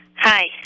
Hi